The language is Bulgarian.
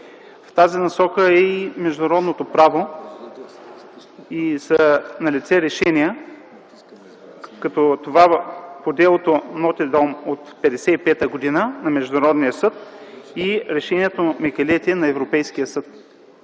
В тази насока е и международното право и са налице решения, като това по делото Нотидом от 1955 г. на Международния съд и решението по делото Микелети на Европейския съд.